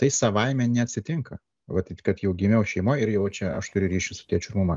tai savaime neatsitinka vat kad jau gimiau šeimoj ir jau čia aš turiu ryšį su tėčiu ir mama